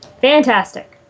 Fantastic